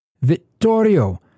Vittorio